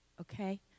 Okay